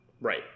Right